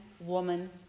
woman